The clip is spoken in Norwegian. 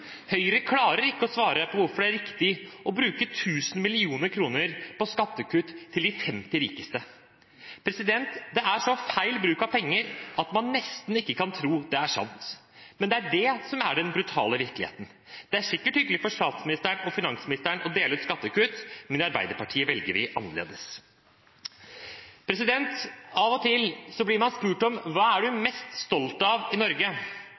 Høyre klarer ikke å svare på hvorfor det er riktig å bruke 1 000 mill. kr på skattekutt til de 50 rikeste. Det er en så feil bruk av penger at man nesten ikke kan tro det er sant, men det er det som er den brutale virkeligheten. Det er sikkert hyggelig for statsministeren og finansministeren å dele ut skattekutt, men i Arbeiderpartiet velger vi annerledes. Av og til blir man spurt om hva man er mest stolt av i Norge.